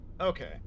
Okay